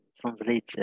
translate